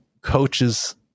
coaches